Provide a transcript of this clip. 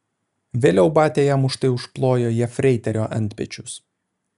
vėliau batia jam už tai užplojo jefreiterio antpečius